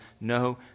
no